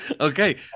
Okay